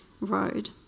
road